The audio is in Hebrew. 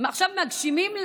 עכשיו מגשימים,